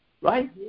Right